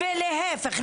להיפך,